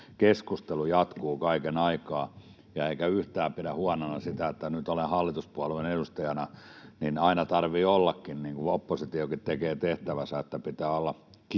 keskustelu jatkuu kaiken aikaa. Enkä yhtään pidä huonona sitä, että nyt olen hallituspuolueen edustajana. Aina tarvitsee ollakin, niin kuin oppositiokin tekee tehtävänsä, että on kirittäjiä.